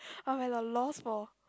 I'm at a lost for